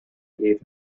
gave